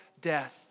death